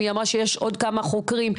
היא אמרה שיש עוד כמה חוקרים.